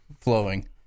flowing